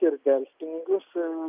ir delspinigius